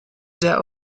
der